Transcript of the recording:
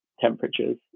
temperatures